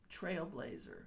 trailblazer